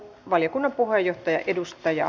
valiokunnan puheenjohtaja edustaja